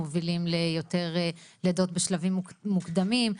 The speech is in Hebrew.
מובילים ליותר לידות בשלבים יותר מוקדמים,